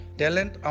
talent